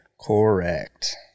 Correct